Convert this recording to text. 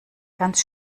ganz